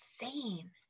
insane